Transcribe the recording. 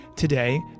Today